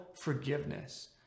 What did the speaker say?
forgiveness